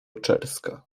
czerska